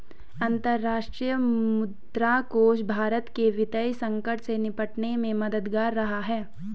अंतर्राष्ट्रीय मुद्रा कोष भारत के वित्तीय संकट से निपटने में मददगार रहा है